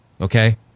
okay